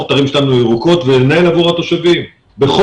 את הערים שלנו לערים ירוקות ולנהל אותן עבור התושבים וזה,